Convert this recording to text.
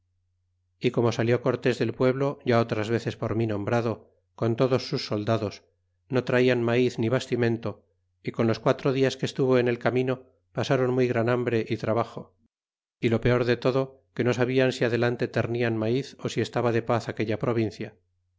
y como salió cortés del pueblo ya otras veces por mí nombrado con todos sus soldados no traian maíz ni bastimento y con los quatro dias que estuvo en el camino pasáron muy gran hambre é trabajo é lo peor de todo que no sabían si adelante temían maiz ó si estaba de paz aquella provincia